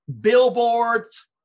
billboards